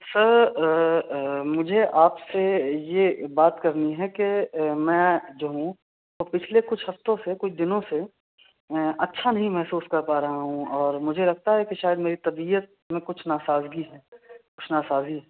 سر مجھے آپ سے یہ بات کرنی ہے کہ میں جو ہوں پچھلے کچھ ہفتوں سے کچھ دنوں سے اچھا نہیں محسوس کر پا رہا ہوں اور مجھے لگتا ہے کہ شاید میری طبیعت میں کچھ ناسازگی ہے کچھ ناسازی